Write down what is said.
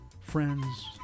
friends